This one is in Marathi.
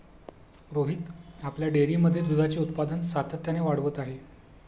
रोहित आपल्या डेअरीमध्ये दुधाचे उत्पादन सातत्याने वाढवत आहे